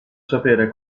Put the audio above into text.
sapere